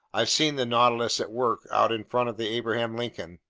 i've seen the nautilus at work out in front of the abraham lincoln,